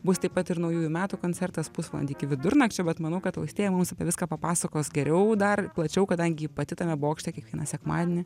bus taip pat ir naujųjų metų koncertas pusvalandį iki vidurnakčio bet manau kad austėja mums apie viską papasakos geriau dar plačiau kadangi ji pati tame bokšte kiekvieną sekmadienį